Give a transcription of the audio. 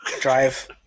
Drive